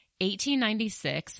1896